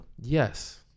Yes